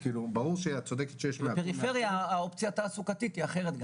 ובנוסף, בפריפריה האופציה התעסוקתית היא אחרת.